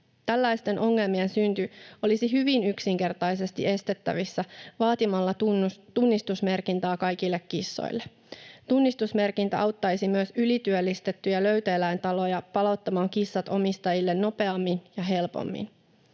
Tällaisten ongelmien synty olisi hyvin yksinkertaisesti estettävissä vaatimalla tunnistusmerkintää kaikille kissoille. Tunnistusmerkintä auttaisi myös ylityöllistettyjä löytöeläintaloja palauttamaan kissat omistajille nopeammin ja helpommin.